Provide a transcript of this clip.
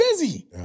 busy